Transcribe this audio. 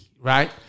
right